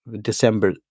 December